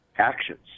actions